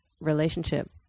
relationship